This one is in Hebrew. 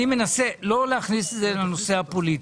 אני מנסה לא להכניס את זה לנושא הפוליטי.